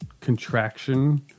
contraction